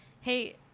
Hey